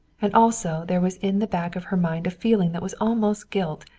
and also there was in the back of her mind a feeling that was almost guilt.